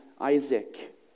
Isaac